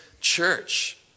church